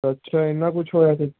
ਅੱਛਾ ਇੰਨਾਂ ਕੁਛ ਹੋਇਆ ਸੀ